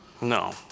No